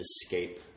escape